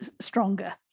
stronger